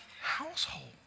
household